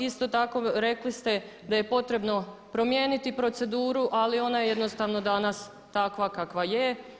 Isto tako rekli ste da je potrebno promijeniti proceduru, ali ona je jednostavno danas takva kakva je.